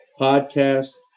podcast